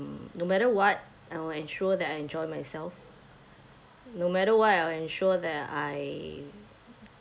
no matter what I will ensure that I enjoy myself no matter what I'll ensure that I